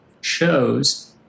shows